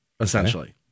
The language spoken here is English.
essentially